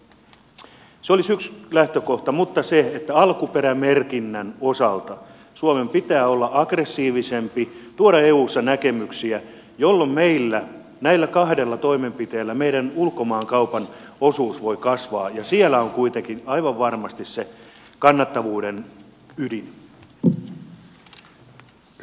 se olisi yksi lähtökohta mutta alkuperämerkinnän osalta suomen pitää olla aggressiivisempi tuoda eussa näkemyksiä jolloin näillä kahdella toimenpiteellä meidän ulkomaankaupan osuus voi kasvaa ja siellä on kuitenkin aivan varmasti se kannattavuuden ydin